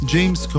James